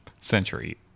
Century